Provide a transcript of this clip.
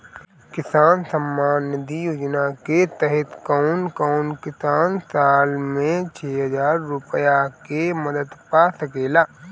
किसान सम्मान निधि योजना के तहत कउन कउन किसान साल में छह हजार रूपया के मदद पा सकेला?